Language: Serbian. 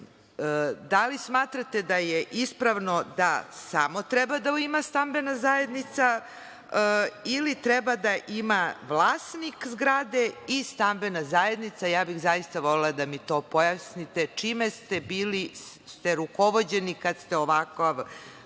li smatrate da je ispravno da samo treba da ima stambena zajednica ili treba da ima vlasnik zgrade i stambena zajednica? Volela bih da mi to pojasnite, čime ste bili rukovođeni kada ste ovakav